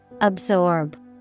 Absorb